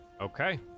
okay